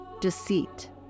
deceit